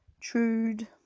trude